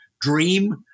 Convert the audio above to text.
dream